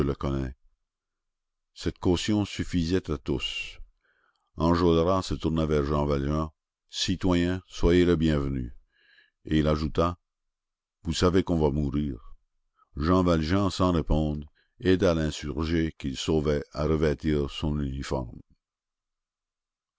cette caution suffisait à tous enjolras se tourna vers jean valjean citoyen soyez le bienvenu et il ajouta vous savez qu'on va mourir jean valjean sans répondre aida l'insurgé qu'il sauvait à revêtir son uniforme